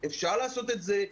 אפשר לעשות את זה,